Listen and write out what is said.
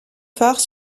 phares